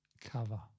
Cover